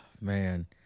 man